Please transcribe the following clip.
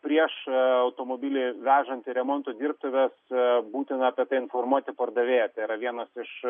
prieš automobilį vežant į remonto dirbtuves būtina apie tai informuoti pardavėją tai yra vienas iš